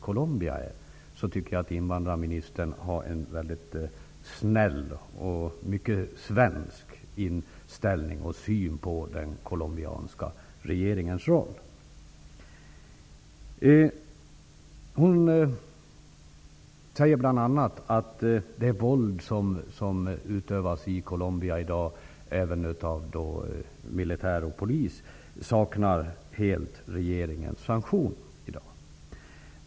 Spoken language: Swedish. Jag tycker att invandrarministern har en mycket snäll och svensk inställning till och syn på den colombianska regeringens roll. Birgit Friggebo sade bl.a. att det våld som utövas i Colombia i dag helt saknar regeringens sanktion, också det våld som utövas av militär och polis.